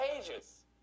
pages